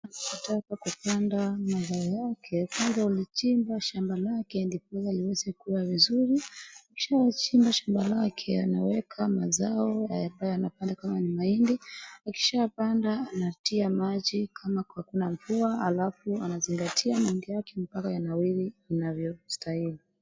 Mtu akitaka kupanda mazao yake, kwanza hulichimba shamba lake ndiposa liweze kuwa vizuri. Akishachimba shamba lake, anaweka mazao ambayo yanapandwa kama ni mahindi. Akishapanda, anatia maji kama hakuna mvua, alafu anazingatia mahindi yake mpaka inawiri inavyostahili.